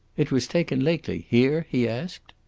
it was taken lately, here? he asked.